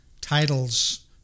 titles